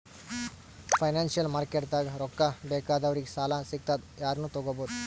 financial ಮಾರ್ಕೆಟ್ದಾಗ್ ರೊಕ್ಕಾ ಬೇಕಾದವ್ರಿಗ್ ಸಾಲ ಸಿಗ್ತದ್ ಯಾರನು ತಗೋಬಹುದ್